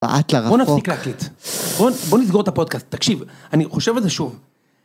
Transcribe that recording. רעת לרחוק. בוא נסיק להקליט. בוא נסגור את הפודקאסט. תקשיב, אני חושב על זה שוב.